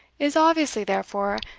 is obviously, therefore,